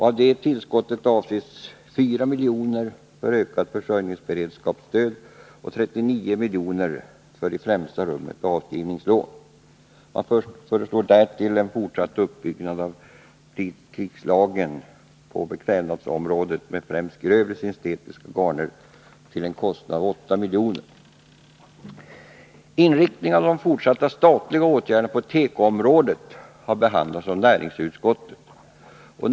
Av detta tillskott avses 4 milj.kr. för ökat försörjningsberedskapsstöd och 39 milj.kr. för i främsta rummet avskrivningslån. Vidare föreslås en fortsatt uppbyggnad av fredskrislagren på Inriktningen av de fortsatta statliga åtgärderna på tekoområdet har behandlats av näringsutskottet.